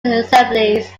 assemblies